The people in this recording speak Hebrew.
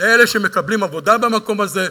לאלה שמקבלים עבודה במקום הזה.